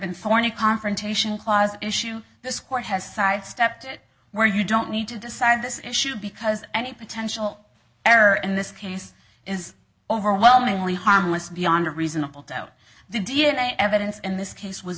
any confrontation clause issue this court has sidestepped it where you don't need to decide this issue because any potential error in this case is overwhelmingly harmless beyond reasonable doubt the d n a evidence in this case was